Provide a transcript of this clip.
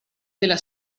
della